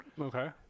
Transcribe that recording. Okay